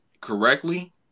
correctly